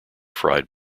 fried